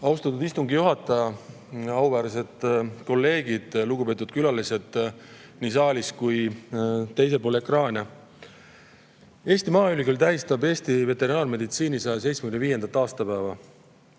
Austatud istungi juhataja! Auväärsed kolleegid! Lugupeetud külalised nii saalis kui ka teisel pool ekraani! Eesti Maaülikool tähistab Eesti veterinaarmeditsiini 175. aastapäeva.